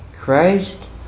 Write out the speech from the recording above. Christ